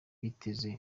biteza